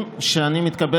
אתה לא מתבייש?